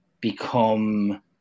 become